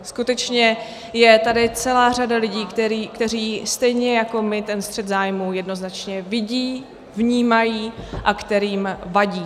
Skutečně je tady celá řada lidí, kteří stejně jako my ten střet zájmů jednoznačně vidí, vnímají a kterým vadí.